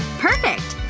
perfect!